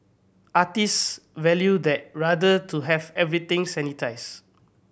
artists value that rather to have everything sanitised